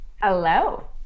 Hello